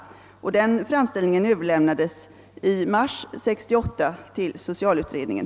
Framställningen överlämnades i mars i år till utredningen,